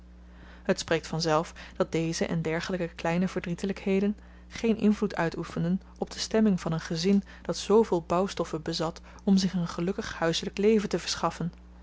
het spreekt vanzelf dat deze en dergelyke kleine verdrietelykheden geen invloed uitoefenden op de stemming van een gezin dat zooveel bouwstoffen bezat om zich een gelukkig huiselyk leven te verschaffen